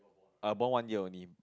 above one year only